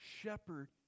shepherd